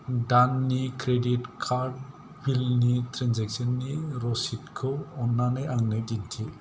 दाननि credit card बिलनि ट्रेन्जेकसननि रसिदखौ अननानै आंनो दिन्थि